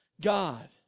God